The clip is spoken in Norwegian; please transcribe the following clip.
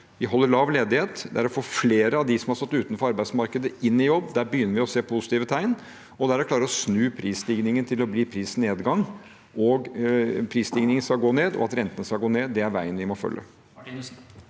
vi holder lav ledighet. Det er å få flere av dem som har stått utenfor arbeidsmarkedet, inn i jobb – der begynner vi å se positive tegn. Og det er å klare å snu prisstigningen til å bli prisnedgang. At prisstigningen skal gå ned, og at renten skal gå ned, det er veien vi må følge.